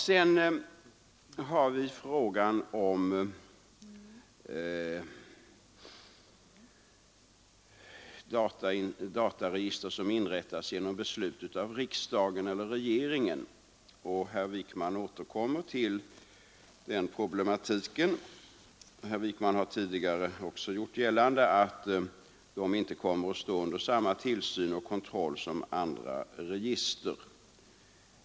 Sedan har vi frågan om dataregister som inrättas genom beslut av riksdagen eller regeringen. Herr Wijkman återkommer till den problema tiken; han har tidigare gjort gällande att sådana register inte kommer att stå under samma tillsyn och kontroll som andra register.